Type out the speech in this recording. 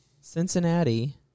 Cincinnati